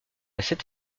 cette